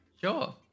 sure